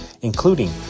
including